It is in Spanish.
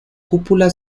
cúpula